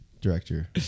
director